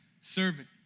servant